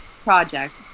project